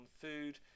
food